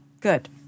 good